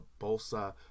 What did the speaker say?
Bolsa